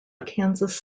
kansas